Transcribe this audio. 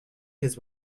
his